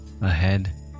ahead